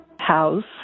house